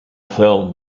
film